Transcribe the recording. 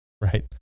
right